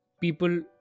People